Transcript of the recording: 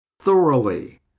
thoroughly